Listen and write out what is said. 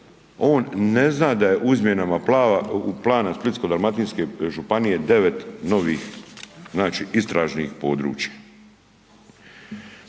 on ne zna da je u izmjenama plana Splitsko-dalmatinske županije devet novih znači istražnih područja.